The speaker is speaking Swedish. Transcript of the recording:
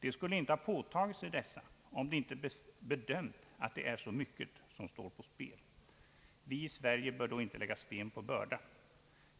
De skulle inte påtagit sig dessa om de inte bedömt att det är så mycket som står på spel. Vi i Sverige bör då inte lägga sten på bördan.